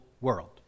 world